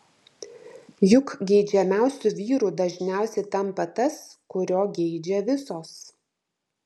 juk geidžiamiausiu vyru dažniausiai tampa tas kurio geidžia visos